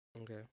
Okay